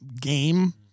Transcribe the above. game